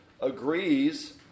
agrees